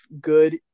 good